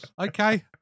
okay